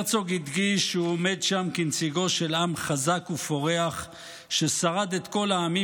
הרצוג הדגיש שהוא עומד שם כנציגו של עם חזק ופורח ששרד את כל העמים